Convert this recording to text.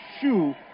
shoe